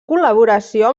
col·laboració